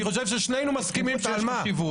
אני חושב ששנינו מסכימים שיש חשיבות,